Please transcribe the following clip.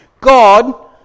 God